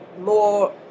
more